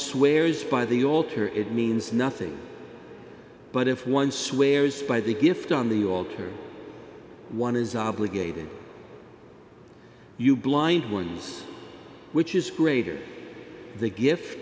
swears by the altar it means nothing but if one swears by the gift on the altar one is obligated you blind ones which is greater the gift